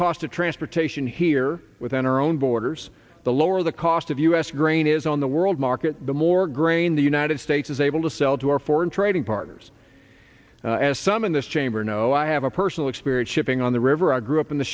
cost of transportation here within our own borders the lower the cost of u s grain is on the world market the more grain the united states is able to sell to our foreign trading partners as some in this chamber know i have a personal experience shipping on the river i grew up in the